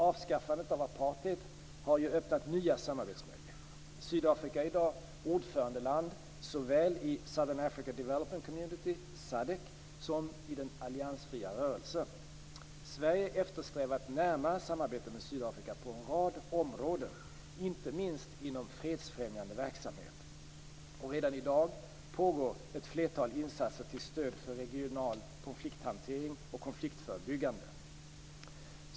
Avskaffandet av apartheid har öppnat nya samarbetsmöjligheter. Sydafrika är i dag ordförandeland såväl i Southern African Development Community, SADC, som i den alliansfria rörelsen. Sverige eftersträvar ett närmare samarbete med Sydafrika på en rad områden - inte minst inom fredsfrämjande verksamhet. Redan i dag pågår ett flertal insatser till stöd för regional konflikthantering och konfliktförebyggande.